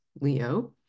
Leo